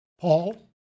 Paul